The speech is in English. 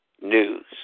News